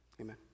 Amen